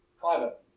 private